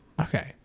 okay